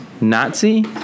Nazi